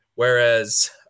Whereas